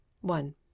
One